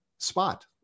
spot